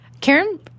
Karen